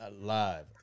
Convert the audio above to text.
Live